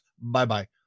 bye-bye